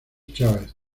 chávez